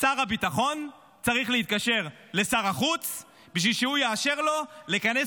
שר הביטחון צריך להתקשר לשר החוץ כדי שהוא יאשר לו לכנס